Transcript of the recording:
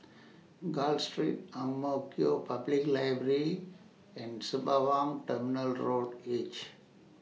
Gul Street Ang Mo Kio Public Library and Sembawang Terminal Road H